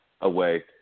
away